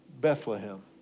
Bethlehem